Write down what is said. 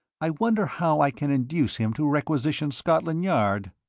i wonder how i can induce him to requisition scotland yard?